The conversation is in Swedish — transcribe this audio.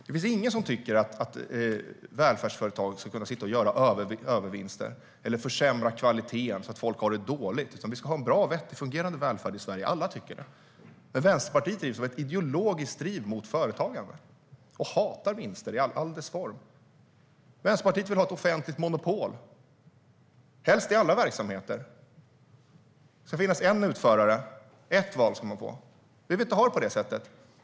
Det finns ingen som tycker att välfärdsföretag ska kunna göra övervinster eller försämra kvaliteten så att folk har det dåligt. Vi ska ha en bra och vettigt fungerande välfärd i Sverige. Alla tycker det. Men Vänsterpartiet har ett ideologiskt driv mot företagande och hatar vinst i alla dess former. Vänsterpartiet vill ha ett offentligt monopol, helst i alla verksamheter. Det ska finnas en utförare. Ett val ska man få. Vi vill inte ha det på det sättet.